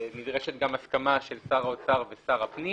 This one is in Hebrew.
ונדרשת גם הסכמה של שר האוצר ושר הפנים